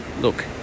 look